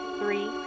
three